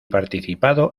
participado